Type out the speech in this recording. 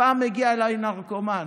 פעם הגיע אליי נרקומן.